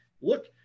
look